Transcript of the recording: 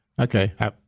Okay